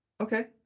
Okay